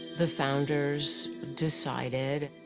the founders decided,